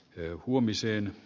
eu huomiseen